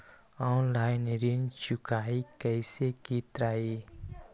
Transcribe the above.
Online ऋण चुकाई कईसे की ञाई?